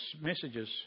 messages